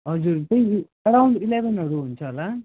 हजुर त्यही एराउन्ड इलेभेनहरू हुन्छ होला